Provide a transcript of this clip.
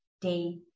day